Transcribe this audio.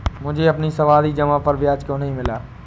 मुझे अपनी सावधि जमा पर ब्याज क्यो नहीं मिला?